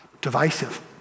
divisive